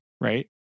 right